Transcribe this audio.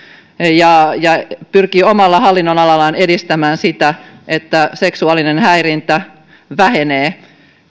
ja pyrkii omalla hallinnonalallaan edistämään sitä että seksuaalinen häirintä vähenee